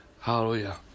Hallelujah